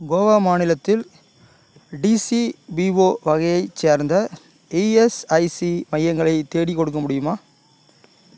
கோவா மாநிலத்தில் டிசிபிஓ வகையைச் சேர்ந்த இஎஸ்ஐசி மையங்களை தேடிக்கொடுக்க முடியுமா